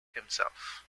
himself